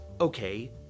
Okay